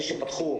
שוב,